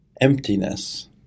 emptiness